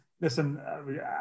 Listen